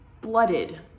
blooded